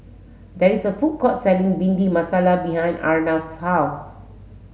there is a food court selling bindi masala behind Arnav's house